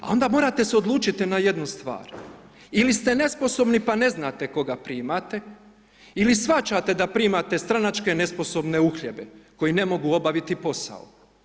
Onda morate se odlučiti na jednu stvar ili ste nesposobni, pa ne znate koga primate ili shvaćate da primate stranačke nesposobne uhljebe koje ne mogu obaviti posao.